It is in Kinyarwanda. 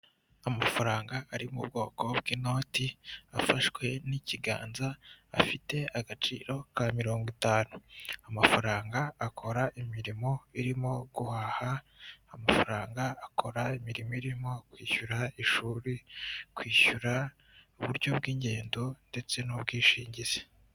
Amafaranga ari mu bwoko bw'inoti afashwe n'ikiganza afite agaciro ka mirongo itanu. Amafaranga akora imirimo irimo guhaha, amafaranga akora imirimo irimo: kwishyura ishuri, kwishyura uburyo bw'ingendo, ndetse n'ubwishingizi.